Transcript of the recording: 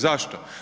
Zašto?